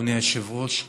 אדוני היושב-ראש,